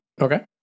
Okay